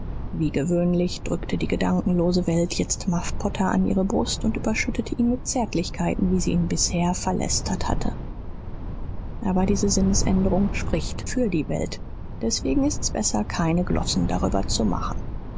wie gewöhnlich drückte die gedankenlose welt jetzt muff potter an ihre brust und überschüttete ihn mit zärtlichkeiten wie sie ihn bisher verlästert hatte aber diese sinnesänderung spricht für die welt deswegen ist's besser keine glossen drüber zu machen